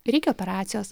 reikia operacijos